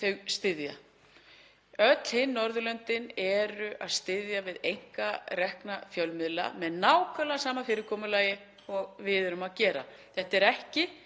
þau styðja. Öll hin Norðurlöndin eru að styðja við einkarekna fjölmiðla með nákvæmlega sama fyrirkomulagi og við erum að gera. Þetta er ekki